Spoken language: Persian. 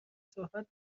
صحبت